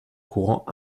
courant